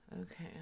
Okay